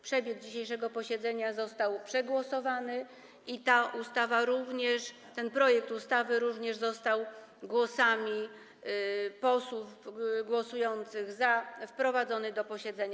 Przebieg dzisiejszego posiedzenia został już przegłosowany i ta ustawa również, ten projekt ustawy również został głosami posłów głosujących za wprowadzony do porządku posiedzenia.